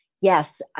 yes